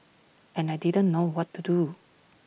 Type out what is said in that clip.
and I didn't know what to do